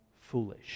foolish